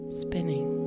spinning